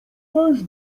też